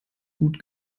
gut